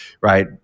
right